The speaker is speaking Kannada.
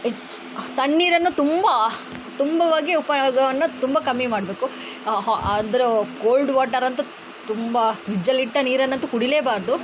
ಹೆಚ್ ತಣ್ಣೀರನ್ನು ತುಂಬ ತುಂಬವಾಗಿ ಉಪಯೋಗವನ್ನು ತುಂಬ ಕಮ್ಮಿ ಮಾಡಬೇಕು ಅದರ ಕೋಲ್ಡ್ ವಾಟರಂತೂ ತುಂಬ ಫ್ರಿಡ್ಜಲ್ಲಿಟ್ಟ ನೀರನ್ನಂತೂ ಕುಡಿಲೇಬಾರದು